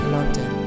London